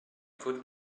could